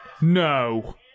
No